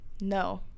No